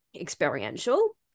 experiential